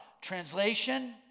Translation